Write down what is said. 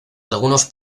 algunos